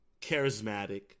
charismatic